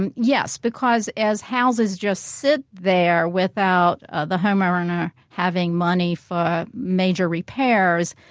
and yes because as houses just sit there without ah the homeowner having money for major repairs,